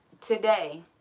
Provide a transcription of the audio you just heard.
today